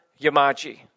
Yamaji